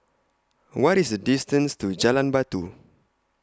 What IS The distance to Jalan Batu